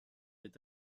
est